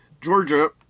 Georgia